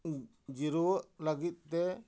ᱡᱤᱨᱣᱟᱜ ᱞᱟᱹᱜᱤᱫ ᱛᱮ